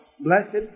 blessed